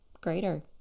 greater